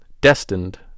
destined